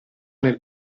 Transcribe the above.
nel